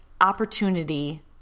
opportunity